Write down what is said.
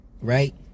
Right